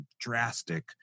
drastic